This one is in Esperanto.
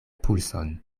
pulson